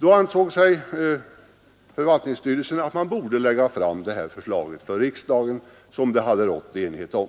Då ansåg förvaltningsstyrelsen att den borde för riksdagen lägga fram det förslag som det hade rått enighet om i utredningen.